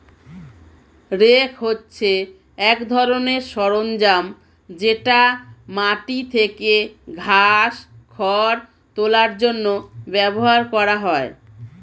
rake হচ্ছে এক ধরনের সরঞ্জাম যেটা মাটি থেকে ঘাস, খড় তোলার জন্য ব্যবহার করা হয়